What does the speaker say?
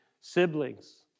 siblings